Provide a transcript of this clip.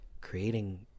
creating